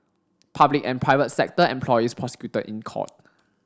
public and private sector employees prosecuted in court